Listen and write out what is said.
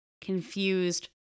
confused